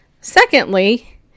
Secondly